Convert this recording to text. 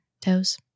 toes